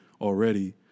already